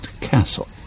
Castle